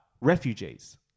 refugees